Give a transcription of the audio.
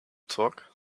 talk